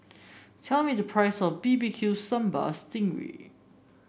tell me the price of B B Q Sambal Sting Ray